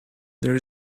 there